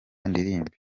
ndirimbe